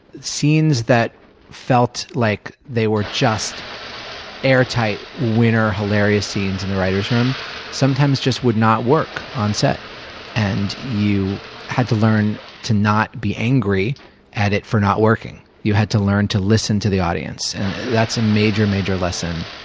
scenes that felt like they were just airtight hilarious scenes in the writer's room sometimes just would not work on set and you had to learn to not be angry at it for not working. you had to learn to listen to the audience and that's a major, major lesson.